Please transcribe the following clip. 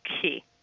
key